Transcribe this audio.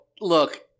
look